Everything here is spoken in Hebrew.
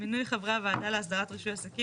מינוי חברי הוועדה להסדרת רישוי עסקים